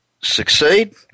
succeed